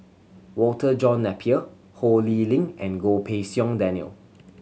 Walter John Napier Ho Lee Ling and Goh Pei Siong Daniel